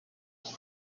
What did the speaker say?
who